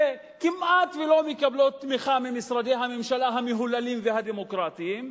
שכמעט לא מקבלות תמיכה ממשרדי הממשלה המהוללים והדמוקרטיים,